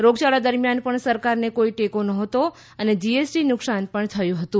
રોગયાળા દરમિયાન પણ સરકારને કોઈ ટેકો નહોતો અને જીએસટી નુકસાન પણ થયું હૃતું